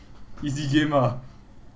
easy game ah